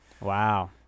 Wow